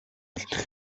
алдах